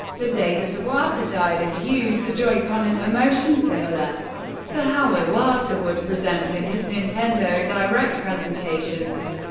the day that iwata died, and use the joy-con in a motion similar to how iwata would present in his nintendo direct presentations.